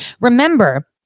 Remember